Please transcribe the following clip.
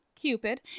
Cupid